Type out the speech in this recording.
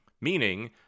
Meaning